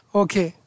okay